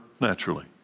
naturally